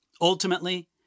Ultimately